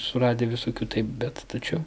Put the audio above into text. suradę visokių taip bet tačiau